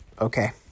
Okay